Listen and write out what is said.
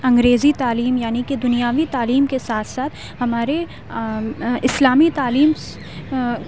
انگریزی تعلیم یعنی کہ دنیاوی تعلیم کے ساتھ ساتھ ہمارے اسلامی تعلیم